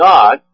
God